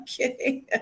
okay